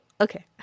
Okay